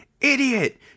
idiot